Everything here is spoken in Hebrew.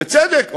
בצדק,